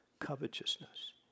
covetousness